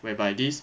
whereby this